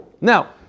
Now